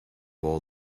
all